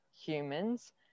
humans